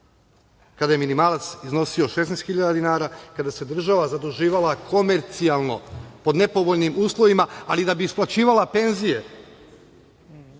kada je minimalac iznosio 16.000 dinara, kada se država zaduživala komercijalno pod nepovoljnim uslovima, ali da bi isplaćivala penzije